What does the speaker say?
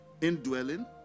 indwelling